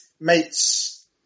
mates